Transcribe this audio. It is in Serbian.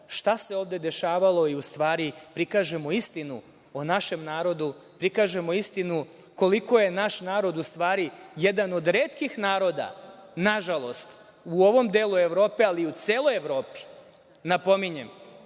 šta se ovde dešavalo i u stvari prikažemo istinu o našem narodu, prikažemo istinu koliko je naš narod u stvari jedan od retkih naroda nažalost u ovom delu Evrope, ali i u celoj Evropi, napominjem,